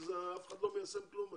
לפי השיטה הזאת אף אחד לא מיישם כלום.